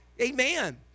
Amen